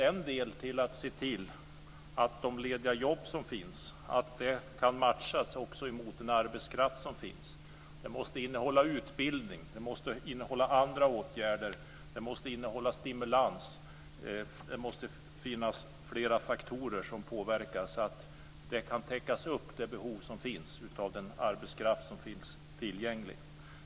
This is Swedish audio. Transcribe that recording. En del är att se till att de lediga jobb som finns kan matchas mot den arbetskraft som finns. Den måste innehålla utbildning. Den måste innehålla andra åtgärder, t.ex. stimulans och fler faktorer som påverkar så att de behov som finns kan täckas av den arbetskraft som finns tillgänglig.